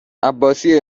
عباسی